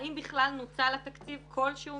האם בכלל נוצל תקציב כלשהו